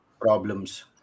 problems